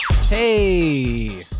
Hey